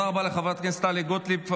תודה רבה לחברת הכנסת טלי גוטליב.